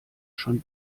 schon